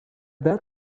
that